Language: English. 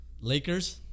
Lakers